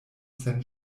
sen